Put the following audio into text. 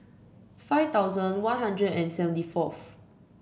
five thousand One Hundred and seventy fourth